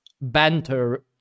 banter